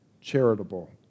charitable